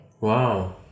Wow